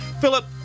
Philip